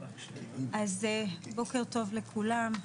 אז בוקר טוב לכולם,